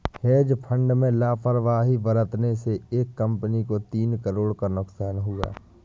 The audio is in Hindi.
हेज फंड में लापरवाही बरतने से एक कंपनी को तीन करोड़ का नुकसान हुआ